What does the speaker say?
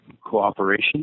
cooperation